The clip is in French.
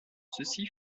ceci